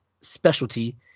specialty